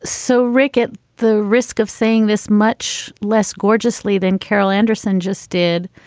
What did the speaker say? so, rick, at the risk of saying this much less gorgeously than carol anderson just did.